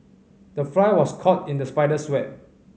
the fly was caught in the spider's web